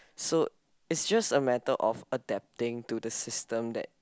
so it's just a matter of adapting to the system that